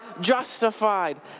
justified